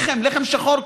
לחם, לחם שחור.